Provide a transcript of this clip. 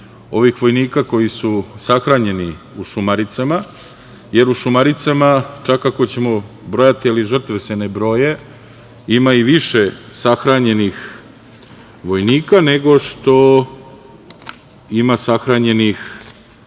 ovih vojnika koji su sahranjeni u Šumaricama, jer u Šumaricama, ako ćemo brojati, ali žrtve se ne broje, ima i više sahranjenih vojnika nego što ima sahranjenih